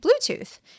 Bluetooth